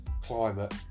climate